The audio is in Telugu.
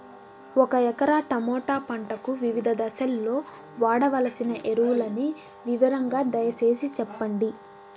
ఒక ఎకరా టమోటా పంటకు వివిధ దశల్లో వాడవలసిన ఎరువులని వివరంగా దయ సేసి చెప్పండి?